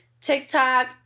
TikTok